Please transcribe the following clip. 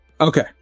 Okay